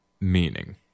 meaning